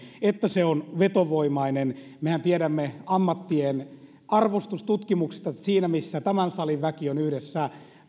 että se on vetovoimainen mehän tiedämme ammattien arvostustutkimuksista että siinä missä tämän salin väki on yhdessä